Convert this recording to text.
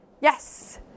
Yes